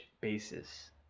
basis